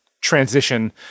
transition